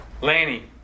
Lanny